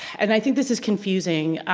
and i think this is confusing,